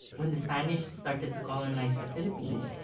when the spanish started to colonize the philippines,